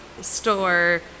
store